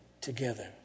together